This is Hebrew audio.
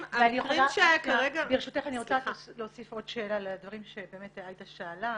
אני רוצה להוסיף עוד שאלה לדברים שעאידה שאלה